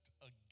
again